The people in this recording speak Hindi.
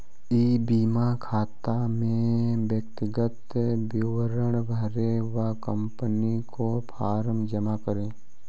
ई बीमा खाता में व्यक्तिगत विवरण भरें व कंपनी को फॉर्म जमा करें